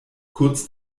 kurz